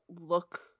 look